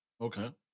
Okay